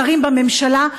השרים בממשלה,